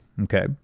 okay